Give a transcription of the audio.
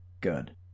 Good